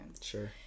Sure